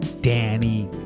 Danny